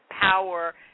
power